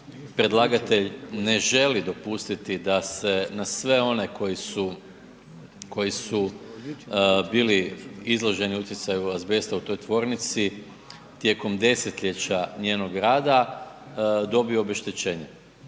predlagatelj ne želi dopustiti da se na sve one koji su bili izloženi utjecaju azbesta u toj tvornici tijekom desetljeća njenog rada dobe obeštećenje.